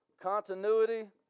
continuity